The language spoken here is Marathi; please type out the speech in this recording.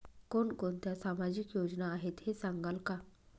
कोणकोणत्या सामाजिक योजना आहेत हे सांगाल का?